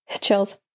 Chills